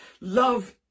love